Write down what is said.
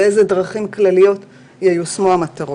באיזה דרכים כלליות ייושמו המטרות.